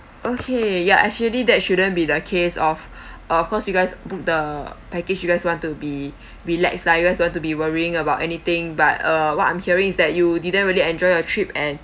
okay ya actually that shouldn't be the case of of course you guys booked the package you guys want to be relax lah you guys don't want to be worrying about anything but uh what I'm hearing is that you didn't really enjoy your trip and